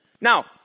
Now